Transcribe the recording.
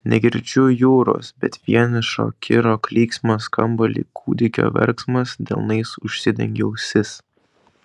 negirdžiu jūros bet vienišo kiro klyksmas skamba lyg kūdikio verksmas delnais užsidengiu ausis